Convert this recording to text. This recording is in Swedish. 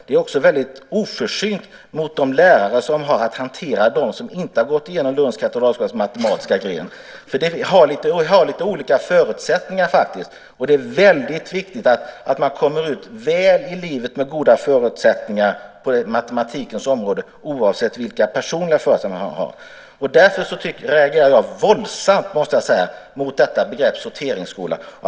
Det är också väldigt oförsynt gentemot de lärare som har att hantera dem som inte har gått igenom Lunds Katedralskolas matematiska gren. Det är faktiskt fråga om lite olika förutsättningar. Det är väldigt viktigt att man kommer ut väl i livet, med goda förutsättningar på matematikens område, oavsett de personliga förutsättningarna. Därför, det måste jag säga, reagerar jag våldsamt mot begreppet "sorteringsskola".